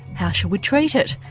how should we treat it?